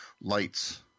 lights